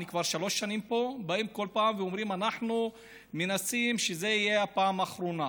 ואני כבר שלוש שנים פה: אנחנו מנסים שזו תהיה הפעם האחרונה.